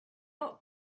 not